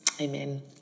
Amen